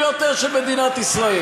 ואני אגיד לכם יותר מזה: חוסר ראייה של